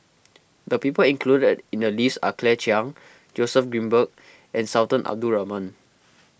the people included in the list are Claire Chiang Joseph Grimberg and Sultan Abdul Rahman